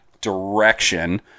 direction